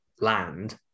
land